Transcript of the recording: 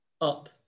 Up